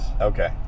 Okay